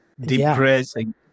depressing